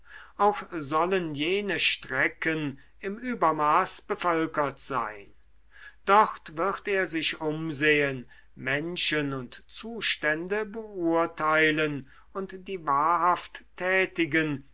auch sollen jene strecken im übermaß bevölkert sein dort wird er sich umsehen menschen und zustände beurteilen und die wahrhaft tätigen